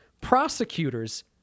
prosecutors